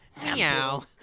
Meow